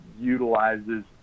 utilizes